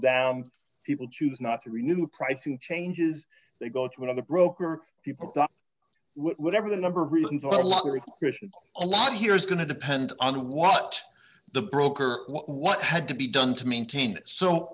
and people choose not to renew pricing changes they go to another broker people whatever the number reasons are lottery question a lot here is going to depend on what the broker what had to be done to maintain so